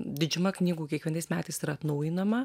didžiuma knygų kiekvienais metais yra atnaujinama